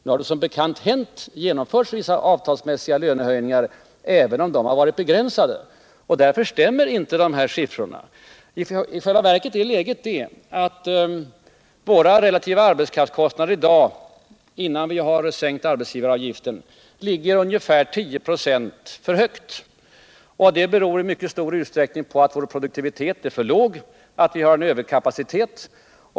Nu har det som bekant skett vissa avtalsmässiga löneförhöjningar, även om dessa varit begränsade. Därför stämmer inte dessa siffror. I själva verket är läget det att våra relativa arbetskraftskostnader i dag — innan vi sänkt arbetsgivaravgiften — ligger ungefär 10 96 för högt. Det beror i mycket stor utsträckning på att vår produktivitet är för låg och att vi har en överkapacitet.